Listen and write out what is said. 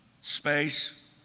space